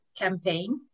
campaign